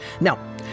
Now